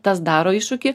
tas daro iššūkį